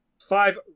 Five